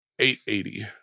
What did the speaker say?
$880